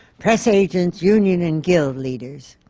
press agents, union and guild leaders.